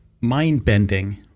mind-bending